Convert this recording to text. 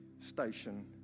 station